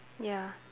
ya